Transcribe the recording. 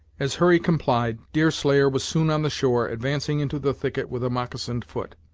as hurry complied, deerslayer was soon on the shore, advancing into the thicket with a moccasined foot,